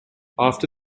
after